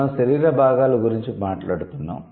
మనం శరీర భాగాల గురించి మాట్లాడుతున్నాము